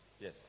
yes